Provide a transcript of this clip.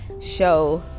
show